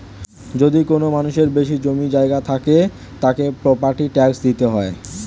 যদি কোনো মানুষের বেশি জমি জায়গা থাকে, তাকে প্রপার্টি ট্যাক্স দিতে হয়